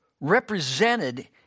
represented